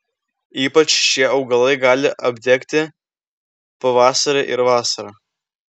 ypač šie augalai gali apdegti pavasarį ir vasarą